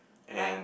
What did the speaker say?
right